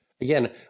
Again